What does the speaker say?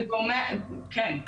כן,